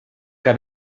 que